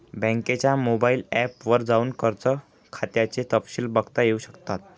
बँकेच्या mobile app वर जाऊन कर्ज खात्याचे तपशिल बघता येऊ शकतात